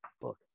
Book